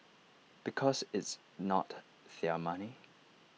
because it's not their money